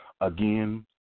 Again